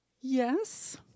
Yes